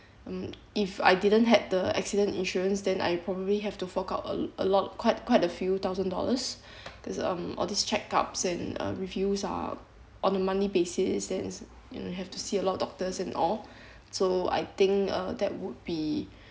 um if I didn't had the accident insurance then I probably have to fork out a a lot quite quite a few thousand dollars there's um all this check ups and reviews are on a monthly basis then is you have to see a lot of doctors and all so I think uh that would be